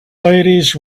ladies